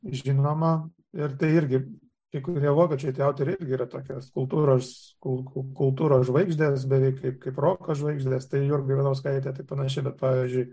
žinoma ir tai irgi kai kurie vokiečių tie autoriai yra irgi tokie kultūros kul kultūros žvaigždės beveik kaip kaip roko žvaigždės tai jurga ivanauskaitė tai panašiai bet pavyzdžiui